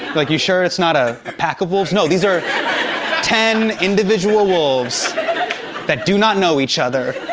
like you sure it's not a pack of wolves? no, these are ten individual wolves that do not know each other.